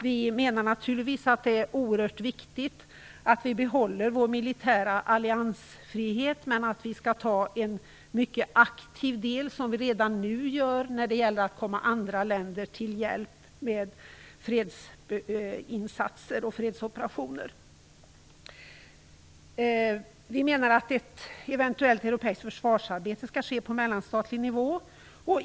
Vi menar naturligtvis att det är oerhört viktigt att Sverige behåller sin militära alliansfrihet. Men Sverige bör ta en mycket aktiv del - vilket också görs redan nu - i att komma andra länder till hjälp med fredsinsatser och fredsoperationer. Vi menar att ett eventuellt europeiskt försvarsarbete skall ske på mellanstatlig nivå.